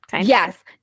Yes